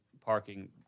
parking